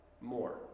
more